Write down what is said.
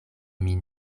min